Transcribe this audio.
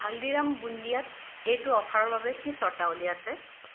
হালদিৰাম বুণ্ডিয়াত এইটো অফাৰৰ বাবে কি চৰ্তাৱলী আছে